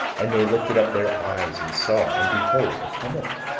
and they lifted up their eyes, and saw and behold a tumult,